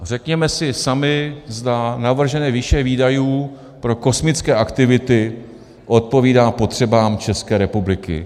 Řekněme si sami, zda navržené výše výdajů pro kosmické aktivity odpovídá potřebám České republiky.